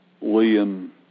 William